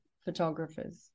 photographers